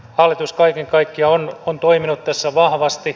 hallitus kaiken kaikkiaan on toiminut tässä vahvasti